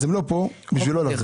אז הם לא פה בשביל לא לענות.